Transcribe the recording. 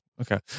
Okay